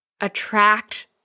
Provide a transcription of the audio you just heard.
attract